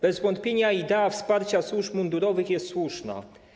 Bez wątpienia idea wsparcia służb mundurowych jest słuszna.